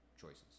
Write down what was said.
choices